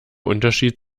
unterschied